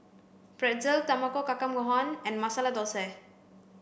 Pretzel Tamago Kake Gohan and Masala Dosa